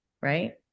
right